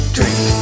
Drink